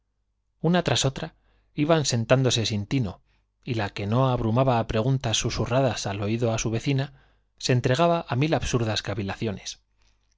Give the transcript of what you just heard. una tras otra iban sentándose sin tino y la que no abrumaba á preguntas susurradas al oído á su vecina las más se entregaba á mil absurdas cavilaciones